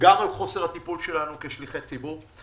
גם על חוסר הטיפול שלנו כשליחי ציבור,